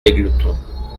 égletons